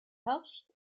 herrscht